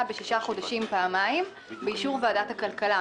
בשישה חודשים פעמיים באישור ועדת הכלכלה.